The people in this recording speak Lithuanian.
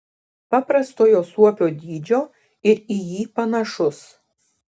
paprastojo suopio dydžio ir į jį panašus